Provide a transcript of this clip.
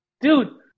dude